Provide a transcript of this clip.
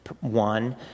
One